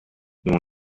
dont